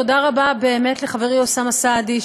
תודה רבה לחברי אוסאמה סעדי,